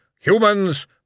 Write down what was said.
Humans